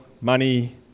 money